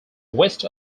west